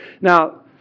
Now